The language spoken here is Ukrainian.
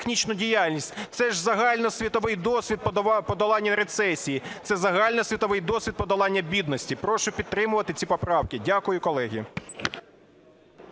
Це ж загальносвітовий досвід подолання рецесії, це загальносвітовий досвід подолання бідності. Прошу підтримувати ці поправки. Дякую, колеги.